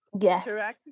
Yes